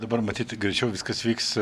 dabar matyt greičiau viskas vyks